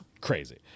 crazy